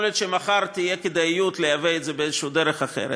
יכול להיות שמחר תהיה כדאיות לייבא את זה באיזו דרך אחרת,